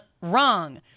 wrong